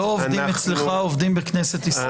אנחנו לא עובדים אצלך, אנחנו עובדים בכנסת ישראל.